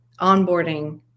onboarding